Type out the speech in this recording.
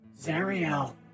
Zariel